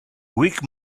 weak